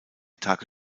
tage